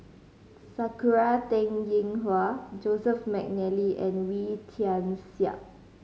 Sakura Teng Ying Hua Joseph McNally and Wee Tian Siak